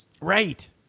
right